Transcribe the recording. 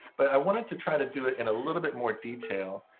but i wanted to try to do it in a little bit more detail,